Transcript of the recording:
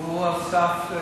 והוא על סף,